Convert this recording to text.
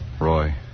Roy